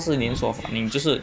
你会有什么反应就是